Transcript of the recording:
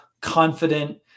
confident